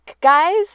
guys